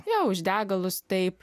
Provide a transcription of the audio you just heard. ją už degalus taip